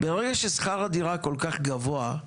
ברגע ששכר הדירה כל כך גבוה,